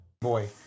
Boy